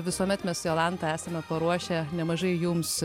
visuomet mes su jolanta esame paruošę nemažai jums